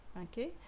okay